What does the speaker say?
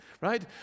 right